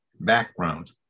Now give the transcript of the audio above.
background